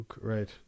right